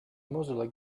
mozilla